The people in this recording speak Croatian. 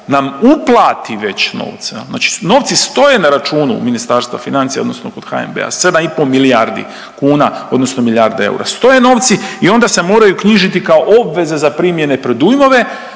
nam uplati već novce, znači novci stoje na računu Ministarstvo financija odnosno kod HNB-a, 7,5 milijardi kuna odnosno milijarda eura, stoje novci i onda se moraju knjižiti kao obveze za primljene predujmove.